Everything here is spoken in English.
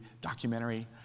documentary